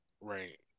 Right